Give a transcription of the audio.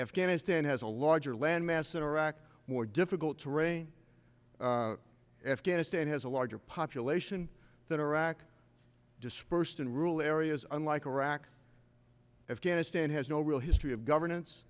afghanistan has a larger landmass in iraq more difficult terrain afghanistan has a larger population that iraq dispersed in rural areas unlike iraq afghanistan has no real history of governance